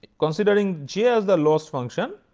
considering j as the loss function,